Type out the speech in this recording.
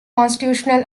constitutional